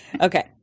Okay